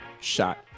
shot